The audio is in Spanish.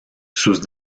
sus